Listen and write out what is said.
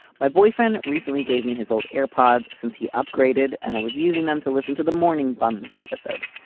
my boyfriend recently gave me his old air pods since he upgraded and i was using them to listen to the morning bundes episode.